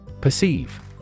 Perceive